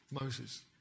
Moses